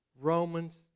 Romans